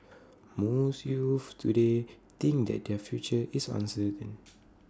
most youths today think that their future is uncertain